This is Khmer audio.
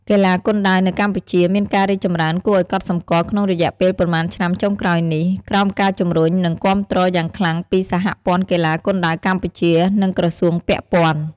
កីឡាគុនដាវនៅកម្ពុជាមានការរីកចម្រើនគួរឱ្យកត់សម្គាល់ក្នុងរយៈពេលប៉ុន្មានឆ្នាំចុងក្រោយនេះ ក្រោមការជំរុញ និងគាំទ្រយ៉ាងខ្លាំងពី សហព័ន្ធកីឡាគុនដាវកម្ពុជា និងក្រសួងពាក់ព័ន្ធ។